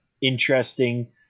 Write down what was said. interesting